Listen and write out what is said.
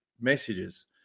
messages